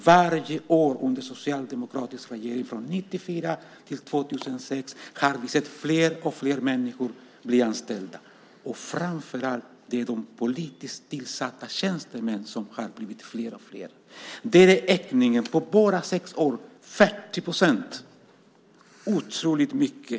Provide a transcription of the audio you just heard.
Varje år under socialdemokratisk regering från 1994 till 2006 har vi sett allt fler människor bli anställda. Framför allt är det de politiskt tillsatta tjänstemännen som har blivit fler och fler. Där är ökningen på bara sex år 40 %- otroligt mycket!